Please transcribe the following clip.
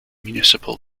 municipal